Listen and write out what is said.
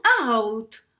out